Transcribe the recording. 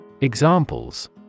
Examples